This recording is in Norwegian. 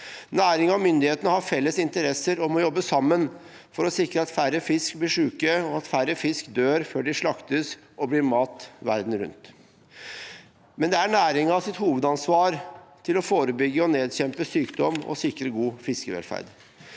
Næringen og myndighetene har felles interesser og må jobbe sammen for å sikre at færre fisk blir syke, og at færre fisk dør før de slaktes og blir mat verden rundt, men det er næringens hovedansvar å forebygge og nedkjempe sykdom og sikre god fiskevelferd.